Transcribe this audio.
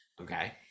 okay